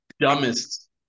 Dumbest